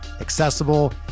accessible